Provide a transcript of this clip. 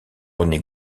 rené